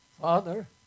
Father